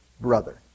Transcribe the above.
brother